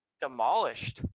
demolished